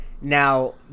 Now